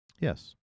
Yes